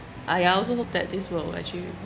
I also hope that this will actually